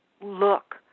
look